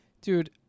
Dude